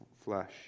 flesh